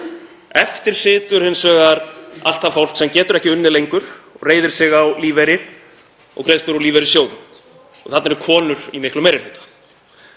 Eftir situr hins vegar allt það fólk sem getur ekki unnið lengur og reiðir sig á lífeyri og greiðslur úr lífeyrissjóðum. Þarna eru konur í miklum meiri hluta.